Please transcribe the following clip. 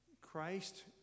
Christ